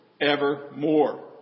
evermore